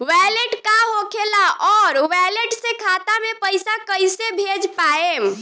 Wallet का होखेला और वैलेट से खाता मे पईसा कइसे भेज पाएम?